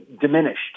diminished